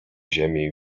ziemi